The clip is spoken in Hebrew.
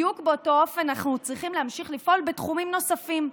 בדיוק באותו אופן אנחנו צריכים להמשיך לפעול בתחומים נוספים.